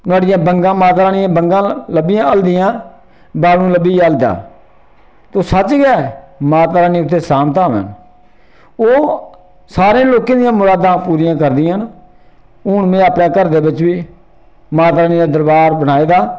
नुहाड़ियां बंगां माता रानी दिया बंगा लब्भियां हल्दियां बालू लब्भी गे हल्दे ते सच्च गै माता रानी उत्थे साम ताम न ओह् सारे लोकें दियां मुरादां पूरियां करदियां न हून में अपने घर दे बिच्च बी माता रानी दा दरबार बनाए दा